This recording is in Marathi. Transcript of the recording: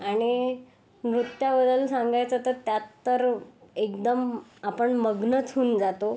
आणि नृत्याबद्दल सांगायचं त्यात तर एकदम आपण मग्नच होऊन जातो